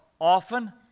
often